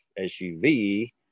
SUV